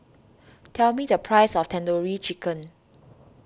tell me the price of Tandoori Chicken